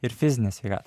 ir fizinę sveikatą